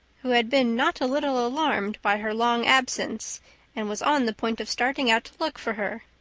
who had been not a little alarmed by her long absence and was on the point of starting out to look for her.